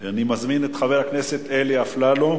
אני מזמין את חבר הכנסת אלי אפללו,